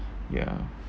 ya